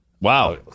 Wow